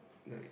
no